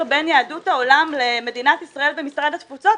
בין יהדות העולם למדינת ישראל במשרד התפוצות,